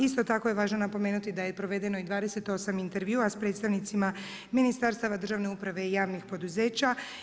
Isto tako je važno napomenuti da je provedeno 28 intervjua s predstavnicima ministarstava, državne uprave i javnih poduzeća.